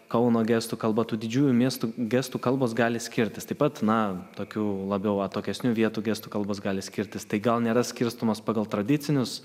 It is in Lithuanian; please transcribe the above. kauno gestų kalba tų didžiųjų miestų gestų kalbos gali skirtis taip pat na tokių labiau atokesnių vietų gestų kalbos gali skirtis tai gal nėra skirstomos pagal tradicinius